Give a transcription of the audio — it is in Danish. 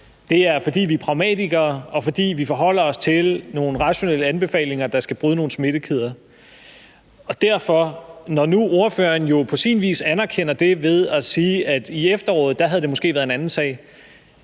Det er, fordi vi er pragmatikere, og fordi vi forholder os til nogle rationelle anbefalinger, der skal bryde nogle smittekæder. Så når nu ordføreren på sin vis anerkender det ved at sige, at det måske havde været en anden sag